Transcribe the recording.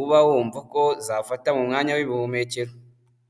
uba wumva ko zafata mu mwanya w'ubuhumekero.